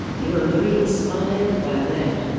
you know, i'm very inspired by that,